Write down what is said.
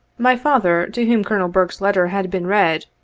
my father, to whom colonel burke's letter had been read,